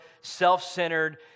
self-centered